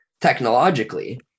technologically